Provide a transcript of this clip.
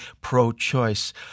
pro-choice